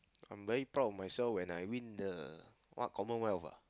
I'm very proud of myself when I win the what commonwealth ah